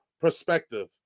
perspective